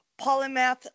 polymath